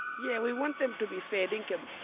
yeah we want them to be fair dinkum.